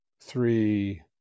three